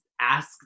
ask